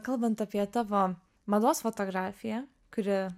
kalbant apie tavo mados fotografiją kuri